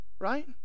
Right